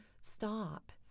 stop